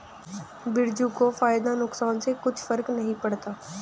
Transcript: बिरजू को फायदा नुकसान से कुछ फर्क नहीं पड़ता